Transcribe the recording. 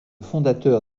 fondateur